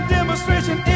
demonstration